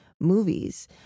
movies